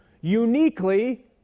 Uniquely